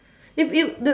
if you the